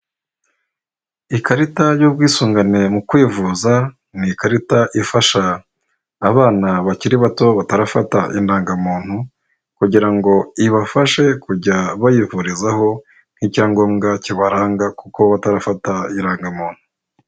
Ikarita y'ubwisungane mu kwivuza, ni ikarita ifasha abana bakiri bato batarafata indangamuntu, kugira ngo ibafashe kujya bayivurizaho nk'icyangombwa cy'ibaranga kuko batarafata irangamuntu.